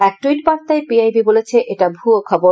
এক টুইট বার্তায় P I B বলেছে এটা ভুয়ো খবর